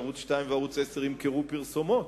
ערוץ-2 וערוץ-10 ימכרו פרסומות?